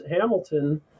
Hamilton